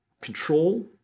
Control